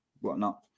whatnot